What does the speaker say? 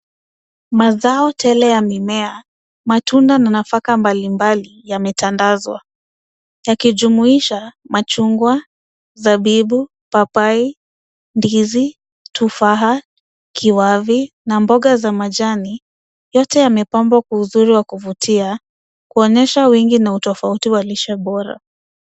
Mazao tele ya mimea, matunda na nafaka mbalimbali yametandazwa yakijumuisha machungwa, zabibu, papai, ndizi, tufaha, kiwavi na mboga ya majani. Yote yamepangwa kwa uzuri wa kuvutia kuonyesha wingi na utofauti wa lishe bora.